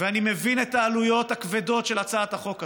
ואני מבין את העלויות הכבדות של הצעת החוק הזאת.